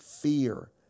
fear